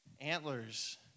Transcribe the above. antlers